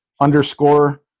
underscore